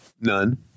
None